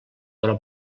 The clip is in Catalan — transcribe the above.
però